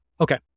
Okay